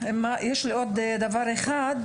עוד דבר אחד,